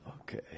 Okay